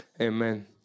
Amen